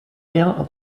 rien